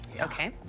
Okay